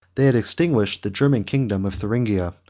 they had extinguished the german kingdom of thuringia,